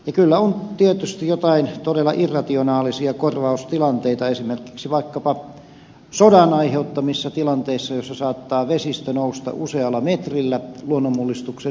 kyllä on tietysti joitain todella irrationaalisia korvaustilanteita esimerkiksi vaikkapa sodan aiheuttamissa tilanteissa joissa saattaa vesistö nousta usealla metrillä luonnonmullistuksen lisäksi